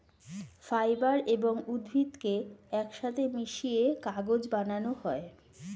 fibre এবং উদ্ভিদকে একসাথে মিশিয়ে কাগজ বানানো হয়